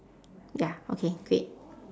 ya okay great